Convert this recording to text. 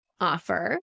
offer